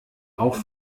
auch